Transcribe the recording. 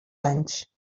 anys